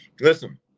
Listen